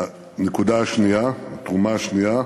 הנקודה השנייה, התרומה השנייה,